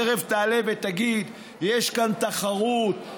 תכף תעלה ותגיד יש כאן תחרות,